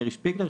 מאיר שפיגלר,